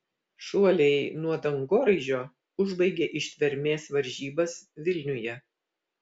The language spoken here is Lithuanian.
šuoliai nuo dangoraižio užbaigė ištvermės varžybas vilniuje